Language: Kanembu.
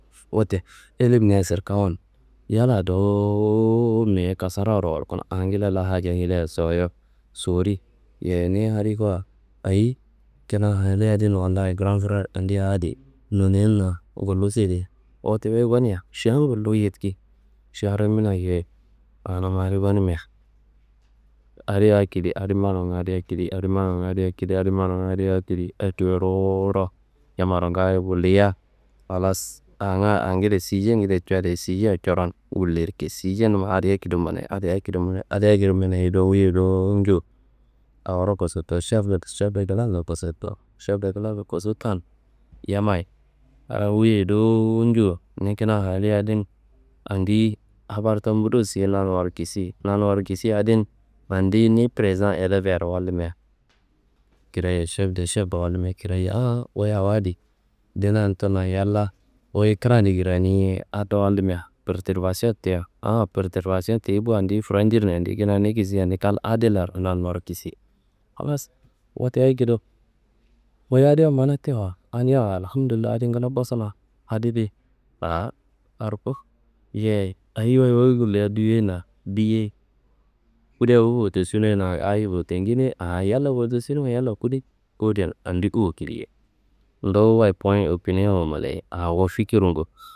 Wote ilimna sirkawuwan yalla dowo meyeia kasarawuro walkano angede la hajengede sowu sori. Yeyi ni adi ko ayi kina haliye adin Wallayi gran frer andi adi nonena gullu sede. Wote wu gonia šaan gullu yediki, šaan rimina yeyi anun adi gonimia adeye akedi adi mananga akedi, adi mananga akedi, adi mananga akedi, akedi ruwuwuro yammaro ngaayo gullia. Halas anga akedi sije codia, sijea coron gullirki sijenumma adi akedo manayi, adi akedo manayi, adi akedo manayi, do wuyei dowo ño. Aworo kosotowo šef šef de klas kosotowo, šef de klas kosotowowan yammayi a wuyiyei dowo ño, ni kina haliye adin andiyi habar taburo siye nanummaro kisiye. Nanummaro kisiye adin andiyi ni presa elevearo wallumia kiraye, šef de šef wallumia kiraye aa wu awo adi wuyi dunani tunu yalla wuyi krani kraniye ado wallumia pertirbasiyo teye aa pertirbasiyo teyi bo andiyi franjirnei. Andi kina ni kisia ni kam adilla nanummaro kisiye, halas wote akedo, wuyi adi mana tewa adiwa Alhamdullayi adi ngla kosuna adidi a arko yeyi ayi wayi wuyi gullia duyoina diyei. Kuda wu votosunoina ayi votoñei a ayalla votosunoiwa yalla kude. Kowodean andi uwu killei. Nduwu wayi poyi opiniwongu manayi awo fikirngu.